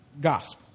gospel